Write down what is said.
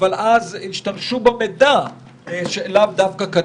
אבל אז השתמשו במידע לאו דווקא כדין.